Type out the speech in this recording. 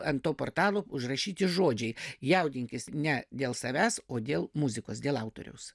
ant to portalo užrašyti žodžiai jaudinkis ne dėl savęs o dėl muzikos dėl autoriaus